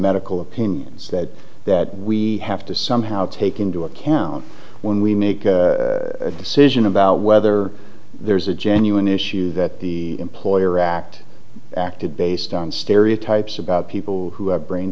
medical opinions that that we have to somehow take into account when we make a decision about whether there's a genuine issue that the employer act acted based on stereotypes about people who have brain